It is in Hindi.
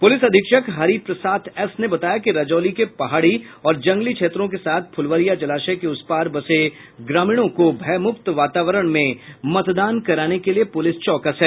पुलिस अधीक्षक हरि प्रसाथ एस ने बताया कि रजौली के पहाड़ी और जंगली क्षेत्रों के साथ फुलवरिया जलाशय के उस पार बसे ग्रामीणों को भयमुक्त वातावरण में मतदान कराने के लिए पुलिस चौकस है